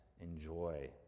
enjoy